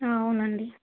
అవునండి